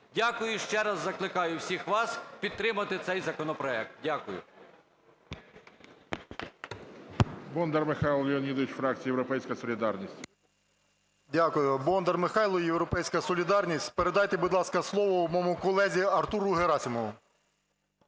Дякую. І ще раз закликаю всіх вас підтримати цей законопроект. Дякую.